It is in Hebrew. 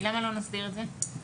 למה לא נסדיר את זה?